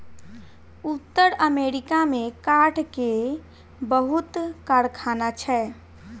उत्तर अमेरिका में काठ के बहुत कारखाना छै